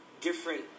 different